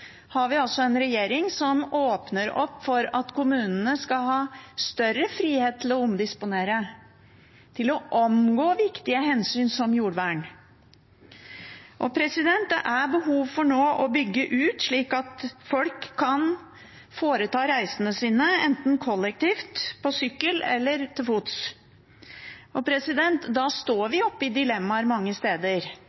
har vi en regjering som åpner opp for at kommunene skal ha større frihet til å omdisponere og omgå viktige hensyn, som jordvern. Det er nå behov for å bygge ut, slik at folk kan foreta reisene sine, enten kollektivt, på sykkel eller til fots. Da står